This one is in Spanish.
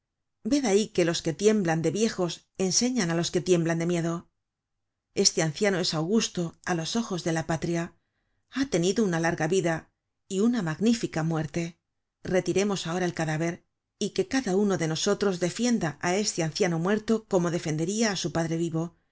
ved ahí lo que los que tiemblan de viejos enseñan á los que tiemblan de miedo este anciano es augusto á los ojos de la patria ha tenido una larga vida y una magnífica muerte retiremos ahora el cadáver y que cada uno de nosotros defienda á este anciano muerto como defenderia á su padre vivo